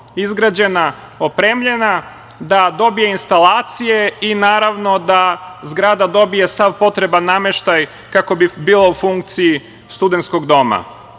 izgrađena, opremljena, da dobije instalacije i naravno da zgrada dobije sav potreban nameštaj, kako bi bila u funkciji studenskog doma. Kada